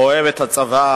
אוהב את הצבא,